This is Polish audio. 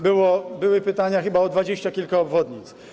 Były pytania chyba o dwadzieścia kilka obwodnic.